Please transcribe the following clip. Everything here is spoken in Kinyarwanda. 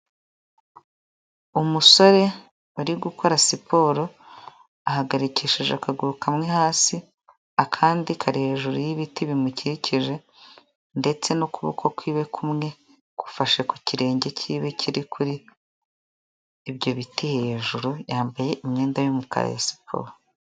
Umusore wari gukora siporo ahagarikishije akaguru kamwe hasi akandi kari hejuru y'ibiti bimukikije ndetse n'ukuboko kwiwe kumwe gufashe ku kirenge kibi kiri kuri ibyo biti hejuru yambaye imyenda yumukara ya siporo.